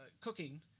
cooking